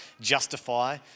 justify